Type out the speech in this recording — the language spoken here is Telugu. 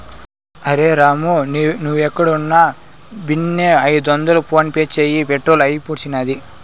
అరె రామూ, నీవేడున్నా బిన్నే ఐదొందలు ఫోన్పే చేయి, పెట్రోలు అయిపూడ్సినాది